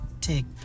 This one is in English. take